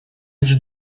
лишь